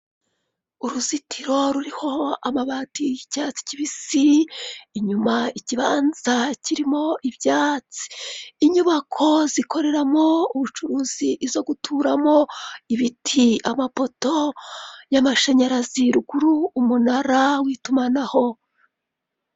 uruzitiro ruriho amabati y'icyatsi kibisi, inyuma ikibanza kirimo ibyatsi. Inyubako zikoreramo ubucuruzi, izo guturamo, ibiti, amapoto y'amashanyarazi, ruguru umunara w'itumanaho.